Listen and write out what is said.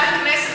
עובדה שכן.